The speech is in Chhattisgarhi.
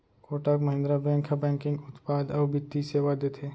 कोटक महिंद्रा बेंक ह बैंकिंग उत्पाद अउ बित्तीय सेवा देथे